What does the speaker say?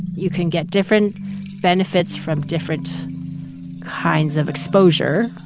you can get different benefits from different kinds of exposure,